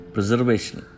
Preservation